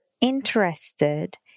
interested